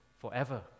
forever